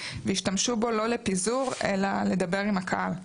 והשתמשו בו לא לפיזור אלא לדבר עם הקהל.